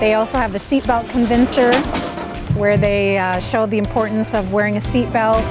they also have the seat belt convincer where they show the importance of wearing a seatbelt